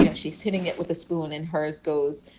you know she's hitting it with a spoon and hers goes,